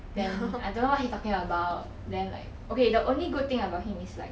then I don't know what he talking about then like okay the only good thing about him is like